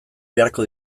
beharko